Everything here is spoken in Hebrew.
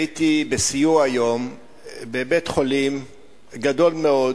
הייתי היום בסיור בבית-חולים גדול מאוד,